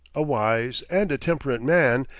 a wise, and a temperate man,